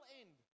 end